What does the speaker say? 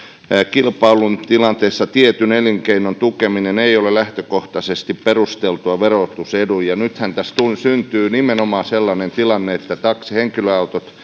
kilpailun tilanteessa tietyn elinkeinon tukeminen ei ole lähtökohtaisesti perusteltua ja nythän tässä syntyy nimenomaan sellainen tilanne että taksihenkilöautot